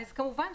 כמובן,